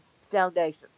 foundation